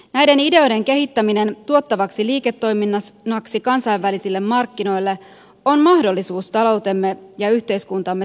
näiden ideoiden kehittäminen tuottavaksi liiketoiminnaksi kansainvälisille markkinoille on mahdollisuus taloutemme ja yhteiskuntamme tulevaisuudelle